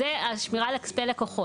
זה השמירה על כספי הלקוחות.